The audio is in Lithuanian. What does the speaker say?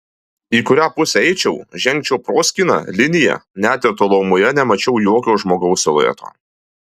į kurią pusę eičiau žengčiau proskyna linija net ir tolumoje nemačiau jokio žmogaus silueto